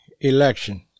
election